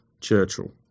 Churchill